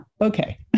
Okay